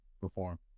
perform